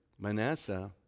Manasseh